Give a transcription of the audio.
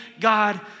God